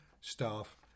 staff